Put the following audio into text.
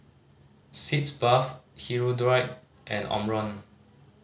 Sitz Bath Hirudoid and Omron